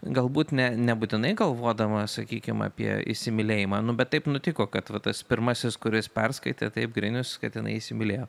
galbūt ne nebūtinai galvodama sakykim apie įsimylėjimą nu bet taip nutiko kad va tas pirmasis kuris perskaitė taip grinius kad jinai įsimylėjo